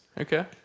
Okay